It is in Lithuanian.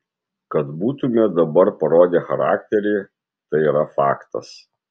kad būtumėme dabar parodę charakterį tai yra faktas